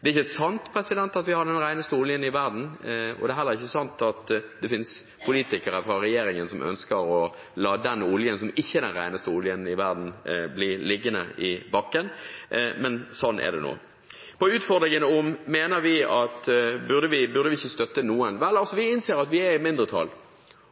Det er ikke sant at vi har den reneste oljen i verden, og det er heller ikke sant at det finnes politikere fra regjeringen som ønsker å la den oljen som ikke er den reneste oljen i verden, bli liggende i bakken – men sånn er det nå. Til utfordringene om vi ikke burde støtte noen: Vel, vi innser at vi er i mindretall.